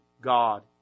God